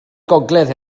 gogledd